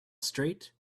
straight